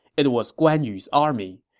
it was guan yu's army.